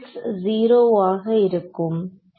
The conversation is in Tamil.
0 ஆக இருக்கும்